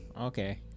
Okay